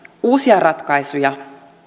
uusia ratkaisuja